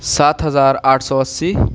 سات ہزار آٹھ سو اسّی